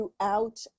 throughout